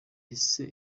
ese